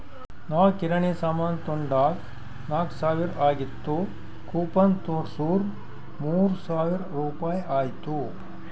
ನಾವ್ ಕಿರಾಣಿ ಸಾಮಾನ್ ತೊಂಡಾಗ್ ನಾಕ್ ಸಾವಿರ ಆಗಿತ್ತು ಕೂಪನ್ ತೋರ್ಸುರ್ ಮೂರ್ ಸಾವಿರ ರುಪಾಯಿ ಆಯ್ತು